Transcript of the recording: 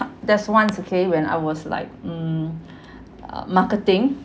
there's once okay when I was like mm uh marketing